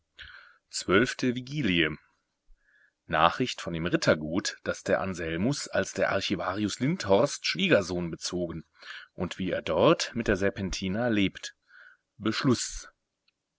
zwölfte vigilie nachricht von dem rittergut das der anselmus als des archivarius lindhorst schwiegersohn bezogen und wie er dort mit der serpentina lebt beschluß